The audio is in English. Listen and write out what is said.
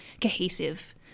cohesive